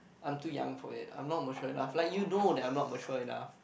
I'm too young for it I'm not mature enough like you know that I'm not mature enough